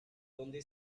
donde